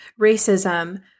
racism